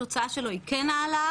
התוצאה שלו היא כן העלאה.